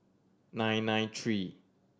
nine nine three